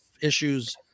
issues